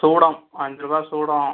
சூடம் அஞ்சுருவா சூடம்